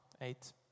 Eight